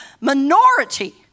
minority